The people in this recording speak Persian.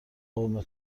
قوم